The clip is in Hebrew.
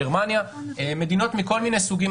גרמניה מדינות מכל מיני סוגים,